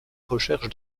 recherche